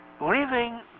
leaving